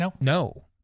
No